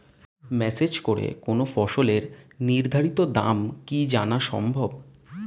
Message করে কোন ফসলের নির্ধারিত দাম কি জানা সম্ভব?